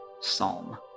psalm